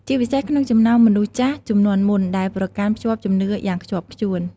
ពិសេសក្នុងចំណោមមនុស្សចាស់ជំនាន់មុនដែលប្រកាន់ភ្ជាប់ជំនឿយ៉ាងខ្ជាប់ខ្ជួន។